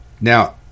Now